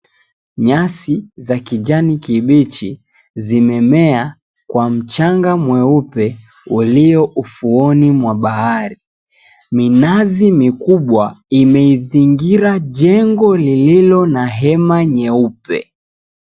Nyasi za kijani kibichi zimemea kwa mchanga mweupe uliyo ufuoni mwa bahari. Minazi mikubwa imeizingira jengo lililo na hema jeupe.